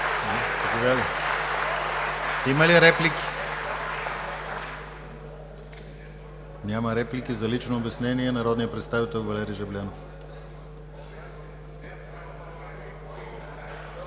Има ли реплики? Няма реплики. Лично обяснение – народният представител Валери Жаблянов.